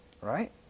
right